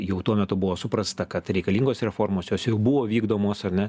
jau tuo metu buvo suprasta kad reikalingos reformos jos jau buvo vykdomos ar ne